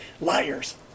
Liars